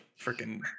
freaking